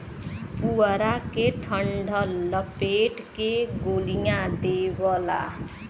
पुआरा के डंठल लपेट के गोलिया देवला